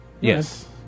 Yes